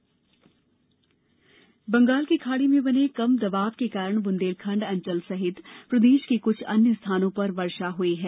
मौसम बंगाल की खाड़ी में बने कम दबाव के कारण बुंदेलखंड़ अंचल सहित प्रदेश के कुछ अन्य स्थानों पर वर्षा हुयी है